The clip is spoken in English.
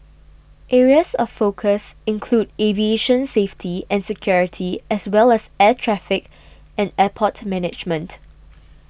areas of focus include aviation safety and security as well as air traffic and airport management